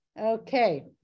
Okay